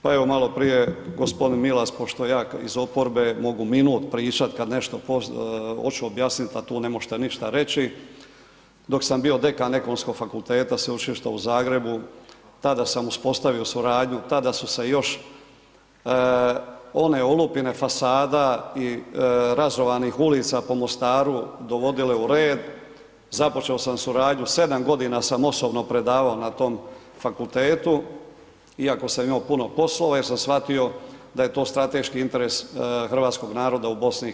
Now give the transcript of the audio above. Pa evo, maloprije je g. Milas pošto ja iz oporbe mogu minut pričat kad nešto hoću objasnit, a tu ne možete ništa reći, dok sam bio dekan Ekonomskog fakulteta Sveučilišta u Zagrebu, tada sam uspostavio suradnju, tada su se još one olupine fasada i razrovanih ulica po Mostaru dovodile u red, započeo sam suradnju, 7.g. sam osobno predavao na tom fakultetu iako sam imao puno poslova jer sam shvatio da je to strateški interes hrvatskog naroda u BiH.